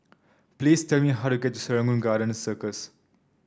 please tell me how to get to Serangoon Garden Circus